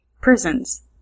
prisons